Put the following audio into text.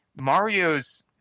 Mario's